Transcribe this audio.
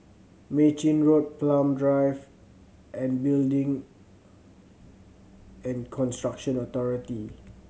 Mei Chin Road Palm Drive and Building and Construction Authority